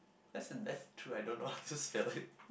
that's that's true I don't know how to spell it